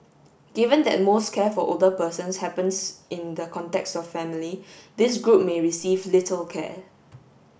given that most care for older persons happens in the context of family this group may receive little care